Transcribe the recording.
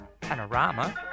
Panorama